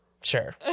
sure